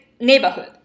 neighborhood